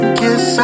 kiss